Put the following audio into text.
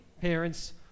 parents